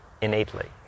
innately